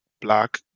black